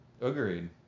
Agreed